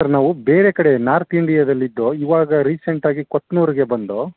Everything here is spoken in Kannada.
ಸರ್ ನಾವು ಬೇರೆ ಕಡೆ ನಾರ್ತ್ ಇಂಡ್ಯಾದಲ್ಲಿ ಇದ್ದೊ ಇವಾಗ ರೀಸೆಂಟ್ ಆಗಿ ಕೊತ್ನೂರಿಗೆ ಬಂದೊ